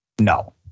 no